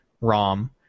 ROM